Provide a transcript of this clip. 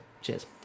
cheers